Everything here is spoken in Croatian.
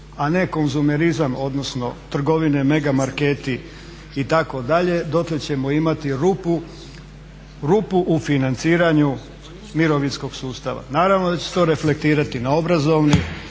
a ne konzumerizam odnosno trgovine, megamarketi itd., dotle ćemo imati rupu u financiranju mirovinskog sustava. Naravno da će se to reflektirali na obrazovni,